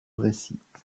récit